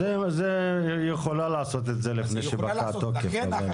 היא יכולה לעשות את זה לפני שהתוקף פקע.